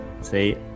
See